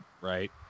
Right